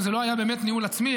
ובעצם זה לא היה באמת ניהול עצמי,